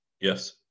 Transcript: Yes